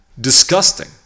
Disgusting